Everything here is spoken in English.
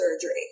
surgery